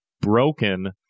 broken